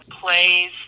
plays